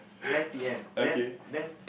nine p_m then then